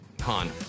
Han